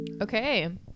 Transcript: Okay